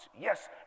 Yes